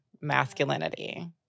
masculinity